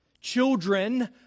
Children